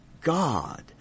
god